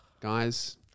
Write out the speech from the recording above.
Guys